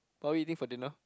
what are we eating for dinner